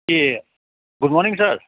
A good morning sir